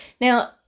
Now